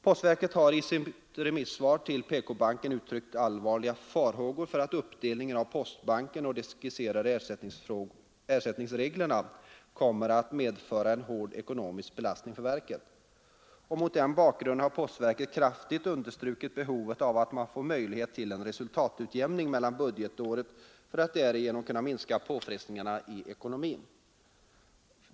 Postverket har i sitt remissvar till PK-banken uttryckt allvarliga farhågor för att uppdelningen av postbanken och de skisserade ersättningsreglerna kommer att medföra en hård ekonomisk belastning för verket. Mot denna bakgrund har postverket kraftigt understrukit behovet av att man får möjlighet till en resultatutjämning mellan budgetåren för att därigenom kunna minska påfrestningarna i ekonomin.